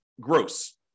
gross